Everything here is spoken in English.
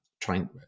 trying